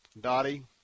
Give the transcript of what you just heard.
Dottie